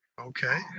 okay